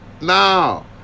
No